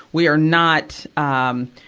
we are not, um,